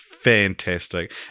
fantastic